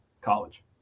college